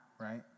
right